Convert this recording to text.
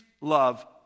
love